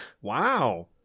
wow